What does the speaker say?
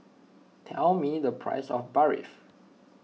tell me the price of Barfi